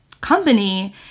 company